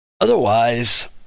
Otherwise